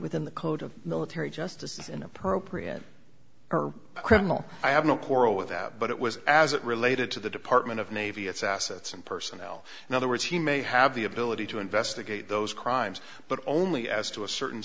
within the code of military justice is inappropriate or criminal i have no quarrel with that but it was as it related to the department of navy its assets and personnel in other words he may have the ability to investigate those crimes but only as to a certain